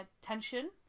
tension